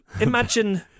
imagine